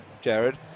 Jared